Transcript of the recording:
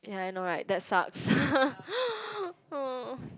ya I know right that sucks